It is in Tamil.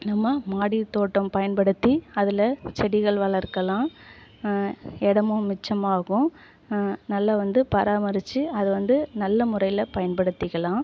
நம்ம மாடி தோட்டம் பயன்படுத்தி அதில் செடிகள் வளர்க்கலாம் இடமும் மிச்சமாகும் நல்லா வந்து பராமரிச்சு அதை வந்து நல்ல முறையில் பயன்படுத்திக்கலாம்